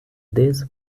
this